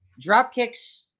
Dropkicks